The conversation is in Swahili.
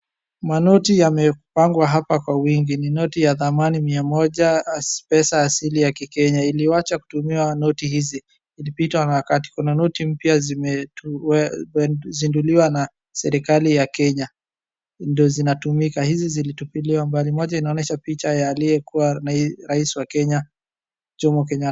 Manoti yamepangwa hapa kwa wingi ni noti ya mia moja pesa asili ya kikenya. Iliwacha kutumiwa noti hizi ilipitwa na wakati. Kuna noti mpya zimezinduliwa na serekali ya kenya ndio zinatumika, hizi zilitupiliwa mbali. Moja inaonyesha picha ya aliyekuwa rais wa kenya Jomo Kenyattaa.